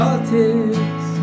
Politics